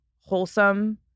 wholesome